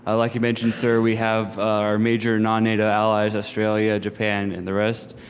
ah like you mentioned, sir, we have our major non nato allies, australia, japan, and the rest,